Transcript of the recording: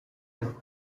with